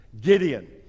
Gideon